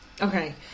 Okay